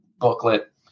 booklet